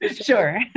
Sure